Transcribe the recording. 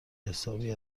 حسابی